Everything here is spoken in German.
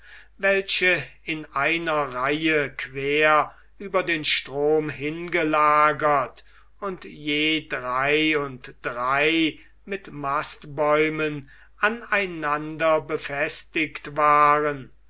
welche in einer reihe quer über den strom hingelagert und je drei und drei mit mastbäumen an einander befestigt waren